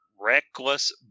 reckless